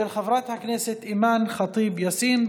מס' 1615, של חברת הכנסת אימאן ח'טיב יאסין.